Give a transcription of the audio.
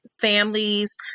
families